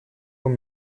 вам